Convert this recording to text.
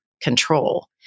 control